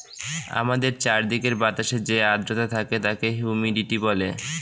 আমাদের চারিদিকের বাতাসে যে আদ্রতা থাকে তাকে হিউমিডিটি বলে